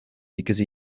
because